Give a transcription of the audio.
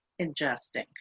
ingesting